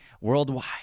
worldwide